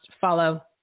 follow